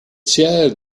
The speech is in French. tiers